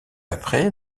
après